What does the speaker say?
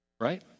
right